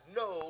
no